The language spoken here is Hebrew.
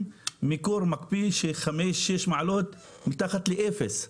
מקור מקפיא של חמש או שש מעלות מתחת לאפס.